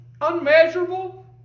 unmeasurable